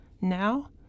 Now